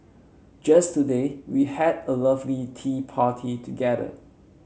just today we had a lovely tea party together